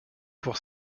pour